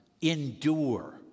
endure